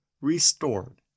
restored